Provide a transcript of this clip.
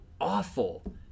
awful